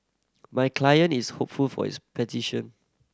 my client is hopeful for his petition